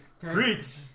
Preach